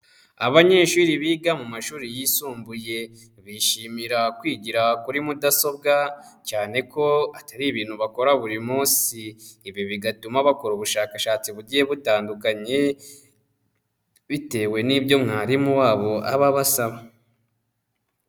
Abanyeshuri biga mu mashuri yisumbuye bishimira kwigira kuri mudasobwa cyane ko atari ibintu bakora buri munsi, ibi bigatuma bakora ubushakashatsi bugiye butandukanye bitewe n'ibyo mwarimu wabo aba abasaba.